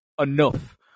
enough